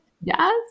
Yes